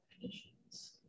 conditions